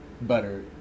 better